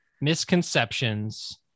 misconceptions